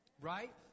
Right